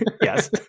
Yes